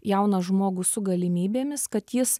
jauną žmogų su galimybėmis kad jis